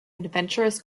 adventurous